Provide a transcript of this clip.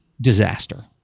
disaster